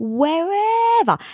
wherever